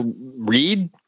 read